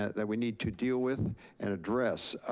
that we need to deal with and address.